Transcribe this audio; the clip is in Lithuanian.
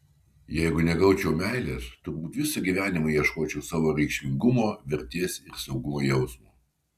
jeigu negaučiau meilės turbūt visą gyvenimą ieškočiau savo reikšmingumo vertės ir saugumo jausmo